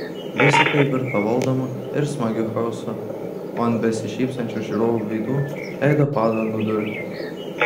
visa tai virto valdomu ir smagiu chaosu o ant besišypsančių žiūrovų veidų leido padangų dulkes